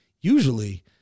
Usually